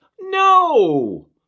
No